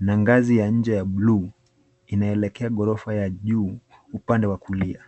na ngazi ya nje ya buluu inaelekea ghorofa ya juu upande wa kulia.